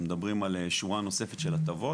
אנחנו מדברים על שורה נוספת של הטבות.